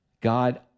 God